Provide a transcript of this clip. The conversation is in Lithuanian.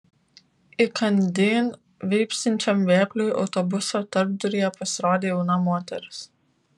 įkandin vypsančiam vėpliui autobuso tarpduryje pasirodė jauna moteris